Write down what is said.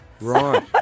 Right